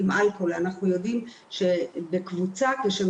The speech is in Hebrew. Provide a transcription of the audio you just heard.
אנחנו בעצם החלטנו בכוונה לפצל את הדיון כיוון שהיו